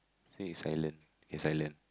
say is silent is silent